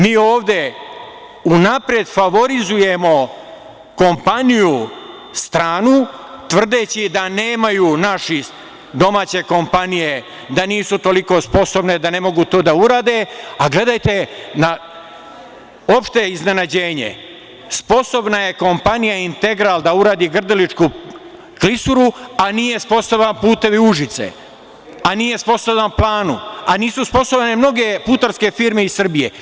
Mi ovde unapred favorizujemo kompaniju, stranu, tvrdeći da nemaju naši, domaće kompanije, da nisu toliko sposobne i da ne mogu to da urade, a gledajte na opšte iznenađenje kompanija „Integral“ sposobna je da uradi Grdeličku klisuru, a nije sposobna „Putevi Užice“, a nije sposoban „Planum“ i nisu sposobne mnoge putarske firme iz Srbije.